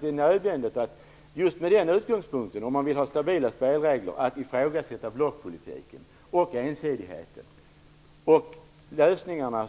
Jag tror faktiskt att det, om stabila spelregler önskas, är nödvändigt att ifrågasätta blockpolitiken och ensidigheten. Lösningarna